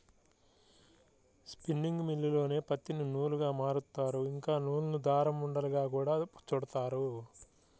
spinning మిల్లుల్లోనే పత్తిని నూలుగా మారుత్తారు, ఇంకా నూలును దారం ఉండలుగా గూడా చుడతారు